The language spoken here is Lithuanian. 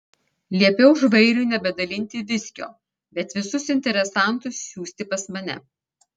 liepiau žvairiui nebedalinti viskio bet visus interesantus siųsti pas mane